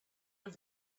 have